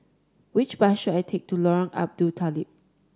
which bus should I take to Lorong Abu Talib